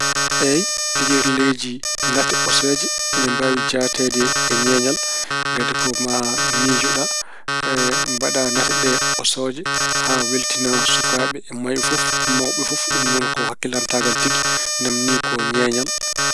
Eey pijirleeji nate ɓosooje ina mbaawi jaateede e ñeeñal ngati ko maa miijoɗa mbaɗa nate ɗe ɓosooje haa weltina sukaaɓe e mayɓe- mawɓe fof. Ɗum noon ko hakillantaagal tigi. Naamni ko ñeeñal.